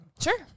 Sure